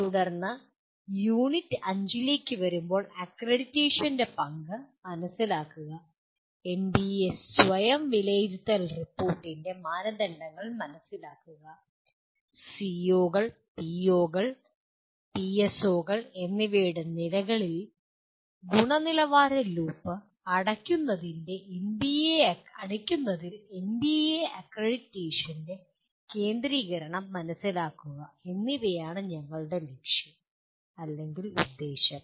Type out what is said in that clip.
തുടർന്ന് യൂണിറ്റ് 5 ലേക്ക് വരുമ്പോൾ അക്രഡിറ്റേഷന്റെ പങ്ക് മനസിലാക്കുക എൻബിഎ സ്വയം വിലയിരുത്തൽ റിപ്പോർട്ടിന്റെ മാനദണ്ഡങ്ങൾ മനസിലാക്കുക സിഒകൾ പിഒകൾ പിഎസ്ഒകൾ എന്നിവയുടെ നിലകളിൽ ഗുണനിലവാര ലൂപ്പ് അടയ്ക്കുന്നതിൽ എൻബിഎ അക്രഡിറ്റേഷന്റെ കേന്ദ്രീകരണം മനസ്സിലാക്കുക എന്നിവയാണ് ഞങ്ങളുടെ ലക്ഷ്യം അല്ലെങ്കിൽ ഉദ്ദേശ്യം